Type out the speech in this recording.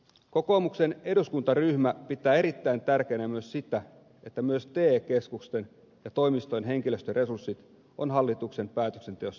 kokoomuksen eduskuntaryhmä pitää erittäin tärkeänä myös sitä että myös te keskusten ja toimistojen henkilöstöresurssit on hallituksen päätöksenteossa huomioitu